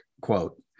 quote